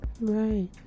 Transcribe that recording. Right